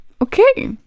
Okay